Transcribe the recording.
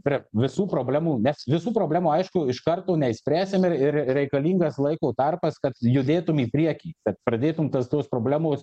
prie visų problemų nes visų problemų aišku iš karto neišspręsim ir ir reikalingas laiko tarpas kad judėtum į priekį kad pradėtum tas tos problemos